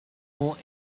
more